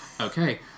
Okay